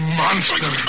monster